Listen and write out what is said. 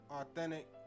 Authentic